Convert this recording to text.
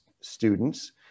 students